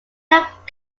not